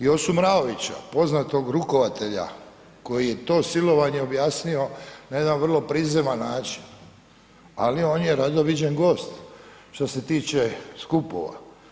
Josu Mraovića poznatog rukovatelja koji je to silovanje objasnio na jedan vrlo prizeman način ali on je rado viđen gost što se tiče skupova.